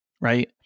right